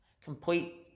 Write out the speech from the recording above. complete